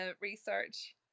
research